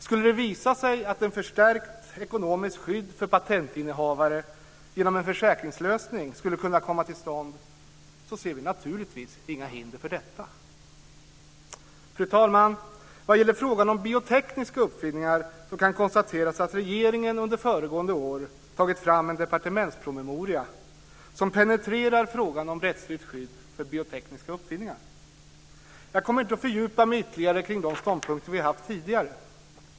Skulle det visa sig att ett förstärkt ekonomiskt skydd för patentinnehavare skulle kunna komma till stånd genom en försäkringslösning ser vi naturligtvis inga hinder för detta. Fru talman! Vad gäller frågan om biotekniska uppfinningar kan konstateras att regeringen under föregående år har tagit fram en departementspromemoria som penetrerar frågan om rättsligt skydd för biotekniska uppfinningar. Jag kommer inte att fördjupa mig ytterligare i de ståndpunkter vi har haft tidigare.